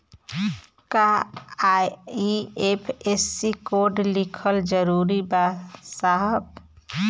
का IFSC code लिखल जरूरी बा साहब?